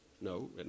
No